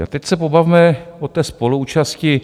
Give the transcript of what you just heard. A teď se pobavme o té spoluúčasti.